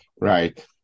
right